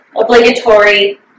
obligatory